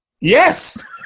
Yes